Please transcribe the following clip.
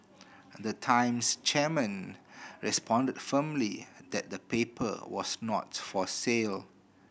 and the Times chairman responded firmly that the paper was not for sale